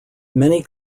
many